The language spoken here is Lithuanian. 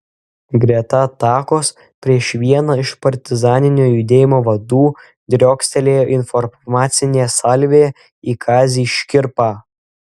greta atakos prieš vieną iš partizaninio judėjimo vadų driokstelėjo informacinė salvė į kazį škirpą